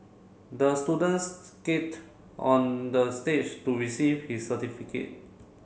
the students skate on the stage to receive his certificate